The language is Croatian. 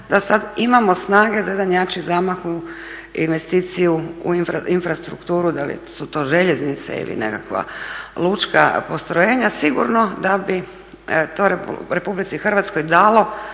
da sad imamo snage za jedan jači zamah u investiciju u infrastrukturu. Da li su to željeznice ili nekakva lučka postrojenja, sigurno da bi to Republici Hrvatskoj dalo